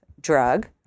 drug